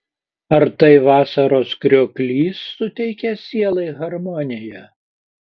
ar tai vasaros krioklys suteikia sielai harmoniją